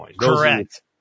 Correct